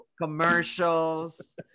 commercials